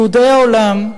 יהודי העולם,